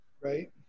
Right